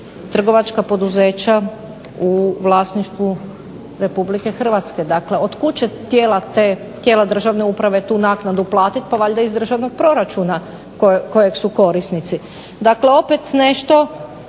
trgovačka poduzeća u vlasništvu RH. Dakle, otkud će tijela državne uprave tu naknadu platiti? Pa valjda iz državnog proračuna kojeg su korisnici. Dakle, opet nešto